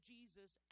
Jesus